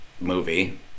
movie